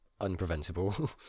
unpreventable